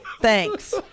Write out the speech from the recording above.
thanks